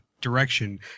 direction